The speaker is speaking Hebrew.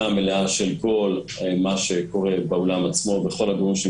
שאם האולם לא